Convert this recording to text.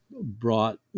brought